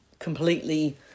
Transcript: Completely